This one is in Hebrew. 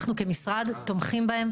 אנחנו כמשרד תומכים בה,